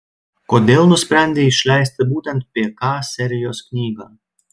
kodėl nusprendei išleisti būtent pk serijos knygą